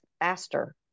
faster